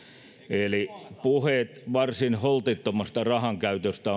eli puheet varsin holtittomasta rahankäytöstä